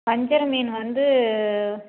வஞ்சரம் மீன் வந்து